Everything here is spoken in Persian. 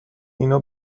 اینا